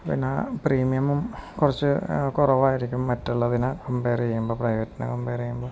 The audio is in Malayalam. പിന്നെ പ്രീമിയവും കുറച്ചു കുറവായിരിക്കും മറ്റുള്ളതിനെ കമ്പയർ ചെയ്യുമ്പോള് പ്രൈവറ്റിനെ കമ്പയർ ചെയ്യുമ്പോള്